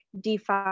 DeFi